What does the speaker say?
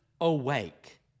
awake